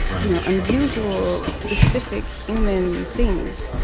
you know, unusual, specific, human things.